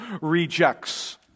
rejects